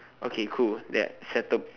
okay cool there settle